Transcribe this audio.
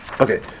Okay